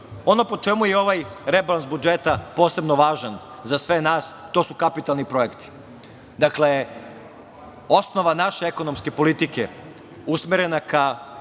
po čemu je ovaj rebalans budžeta posebno važan za sve nas to su kapitalni projekti. Dakle, osnova naše ekonomske politike usmerena ka